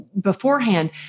beforehand